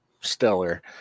Stellar